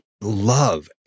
love